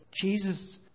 Jesus